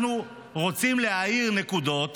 אנחנו רוצים להאיר נקודות